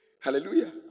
Hallelujah